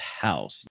house